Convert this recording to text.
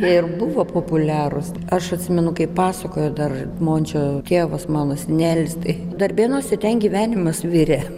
ir buvo populiarūs aš atsimenu kaip pasakojo dar mončio tėvas mano senelis tai darbėnuose ten gyvenimas virė